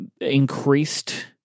increased